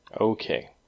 Okay